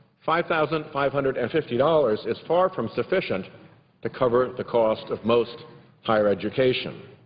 five thousand five hundred and fifty dollars is far from sufficient to cover the cost of most higher education.